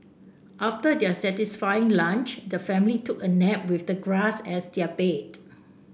after their satisfying lunch the family took a nap with the grass as their bed